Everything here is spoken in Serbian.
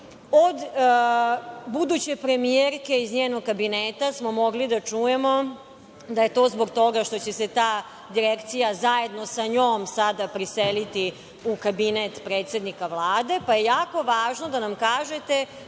Od buduće premijerke, iz njenog kabineta smo mogli da čujemo da je to zbog toga što će se ta direkcija zajedno sa njom sada preseliti u kabinet predsednika Vlade, pa je jako važno da nam kažete